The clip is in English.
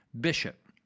bishop